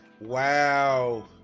Wow